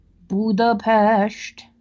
Budapest